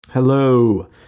Hello